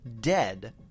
dead